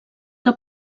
que